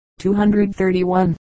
231